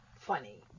funny